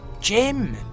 Jim